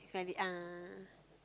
this kind of thing ah